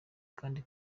kandi